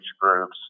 groups